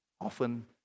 often